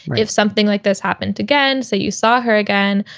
if something like this happened again. so you saw her again.